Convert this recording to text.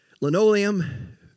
linoleum